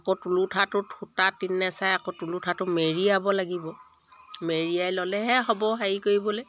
আকৌ তুলুঠাটোত সূতা তিনিনেচাৰে আকৌ তুলুঠাটো মেৰিয়াব লাগিব মেৰিয়াই ল'লেহে হ'ব হেৰি কৰিবলৈ